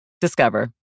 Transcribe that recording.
Discover